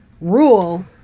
rule